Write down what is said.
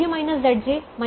7 और 5 हैं